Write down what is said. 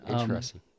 Interesting